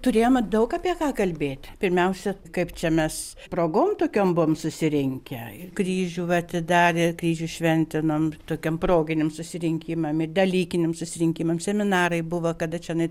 turėjome daug apie ką kalbėt pirmiausia kaip čia mes progom tokiom buvom susirinkę kryžių va atidarė kryžių šventinom tokiam proginiam susirinkimam i dalykiniam susirinkimam seminarai buvo kada čionai